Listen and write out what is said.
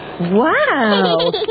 Wow